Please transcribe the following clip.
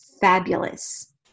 fabulous